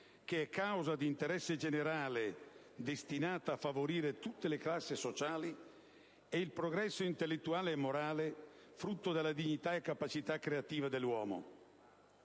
che è causa di interesse generale ed è destinata a favorire tutte le classi sociali - e il progresso intellettuale e morale, frutto della dignità e capacità creativa dell'uomo.